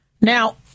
Now